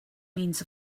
means